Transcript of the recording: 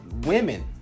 women